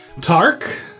Tark